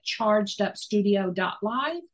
chargedupstudio.live